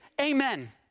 Amen